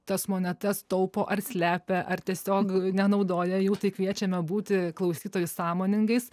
tas monetas taupo ar slepia ar tiesiog nenaudoja jų tai kviečiame būti klausytojus sąmoningais